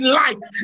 light